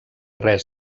res